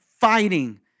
fighting